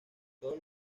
todos